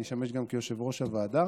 ואני אשמש גם כיושב-ראש הוועדה,